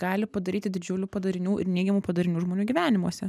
gali padaryti didžiulių padarinių ir neigiamų padarinių žmonių gyvenimuose